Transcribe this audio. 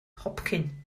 hopcyn